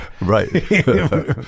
right